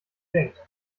denkt